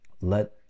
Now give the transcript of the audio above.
let